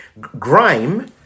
Grime